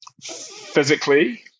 physically